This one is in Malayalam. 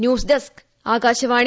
news desk Akashvani